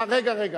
רגע, רגע.